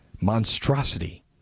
monstrosity